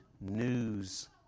news